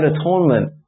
atonement